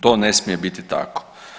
To ne smije biti tako.